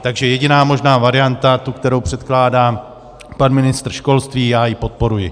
Takže jediná možná varianta tu, kterou předkládá pan ministr, já ji podporuji.